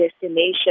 destination